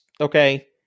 okay